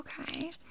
okay